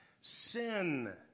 sin